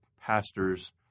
pastors